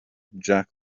jack